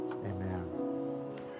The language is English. Amen